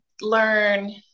learn